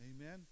Amen